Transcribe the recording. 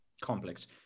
complex